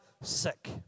sick